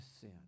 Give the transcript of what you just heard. sin